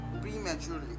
prematurely